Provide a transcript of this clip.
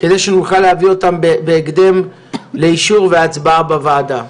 כדי שנוכל להביא אותם בהקדם לאישור והצבעה בוועדה.